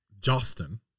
Justin